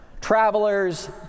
travelers